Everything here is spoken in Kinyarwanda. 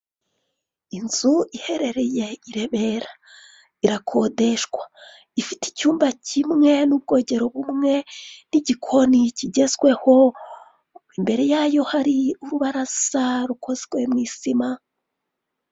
inzu iherereye i Remera, irakodeshwa, ifite icyumba kimwe n'ubwogero bumwe n'igikoni kigezweho, imbere yayo hari urubaraza rukozwe mu isima.